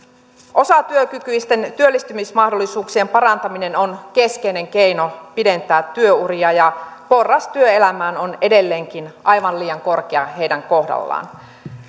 osatyökykyisten työllistymismahdollisuuksien parantaminen on keskeinen keino pidentää työuria ja porras työelämään on edelleenkin aivan liian korkea heidän kohdallaan